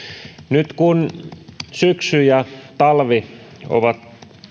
nyt kun syksy ja talvi ovat